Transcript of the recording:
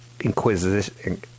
inquisition